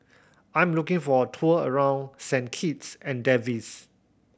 I'm looking for a tour around Saint Kitts and